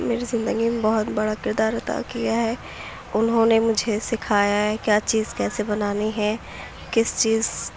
میری زندگی میں بہت بڑا کردار عطا کیا ہے اُنہوں نے مجھے سکھایا ہے کیا چیز کیسے بنانی ہے کس چیز